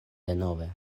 denove